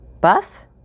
Bus